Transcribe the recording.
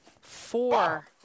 Four